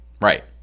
Right